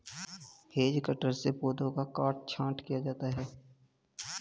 hedge cutter से पौधों का काट छांट किया जाता है